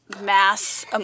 Mass